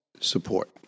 support